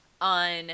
on